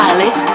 Alex